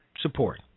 support